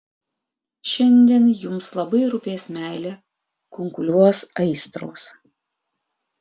šiandien jums labai rūpės meilė kunkuliuos aistros